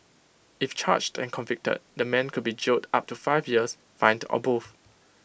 if charged and convicted the man could be jailed up to five years fined or both